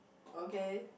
okay